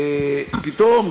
פתאום,